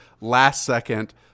last-second